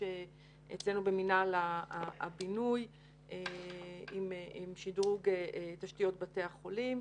אצלנו במינהל הבינוי עם שדרוג תשתיות בתי החולים.